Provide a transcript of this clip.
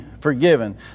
forgiven